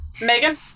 megan